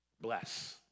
bless